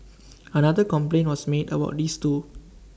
another complaint was made about this too